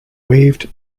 waved